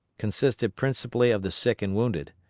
consisted principally of the sick and wounded.